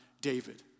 David